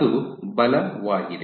ಅದು ಬಲವಾಗಿದೆ